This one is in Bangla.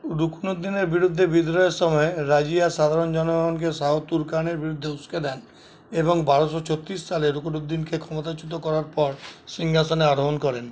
রুকনুদ্দিনের বিরুদ্ধে বিদ্রোহের সময় রাজিয়া সাধারণ জনগণকে শাহ তুরকানের বিরুদ্ধে উস্কে দেন এবং বারোশো ছত্রিশ সালে রুকনুদ্দিনকে ক্ষমতাচ্যুত করার পর সিংহাসনে আরোহণ করেন